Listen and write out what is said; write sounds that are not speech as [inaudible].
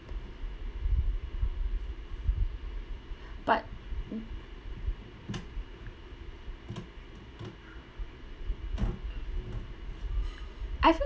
but [noise] I haven't